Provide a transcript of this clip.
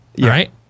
right